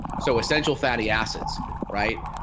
so essential fatty acids right,